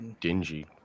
dingy